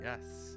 Yes